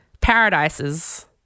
Paradise's